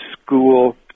school